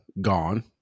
Gone